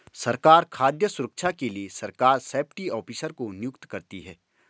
सरकार खाद्य सुरक्षा के लिए सरकार सेफ्टी ऑफिसर को नियुक्त करती है